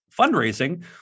fundraising